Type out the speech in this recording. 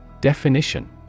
Definition